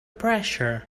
pressure